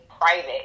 private